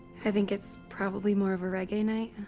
i think it's probably more of a reggae night.